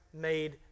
made